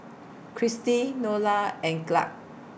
Kristi Nola and Clarke